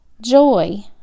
joy